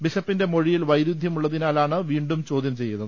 ബിഷപ്പിന്റെ മൊഴിയിൽ വൈരുദ്ധ്യമുള്ളതിനാലാണ് വീണ്ടും ചോദ്യം ചെയ്യുന്നത്